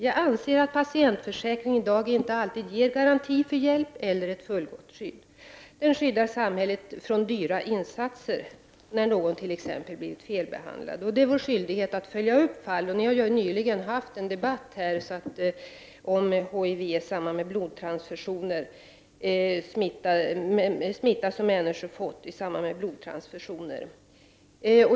Jag anser att patientförsäkringen i dag inte alltid ger garanti om hjälp eller fullgott skydd. Den skyddar samhället från dyra insatser när någon t.ex. har blivit felbehandlad. Det är vår skyldighet att följa upp fallen. Vi har nyss haft en debatt här om HIV-smitta som människor har fått i samband med blodtransfusioner.